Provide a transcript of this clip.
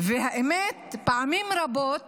והאמת, פעמים רבות